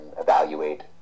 evaluate